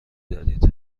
دارید